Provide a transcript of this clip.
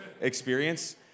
experience